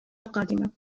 القادمة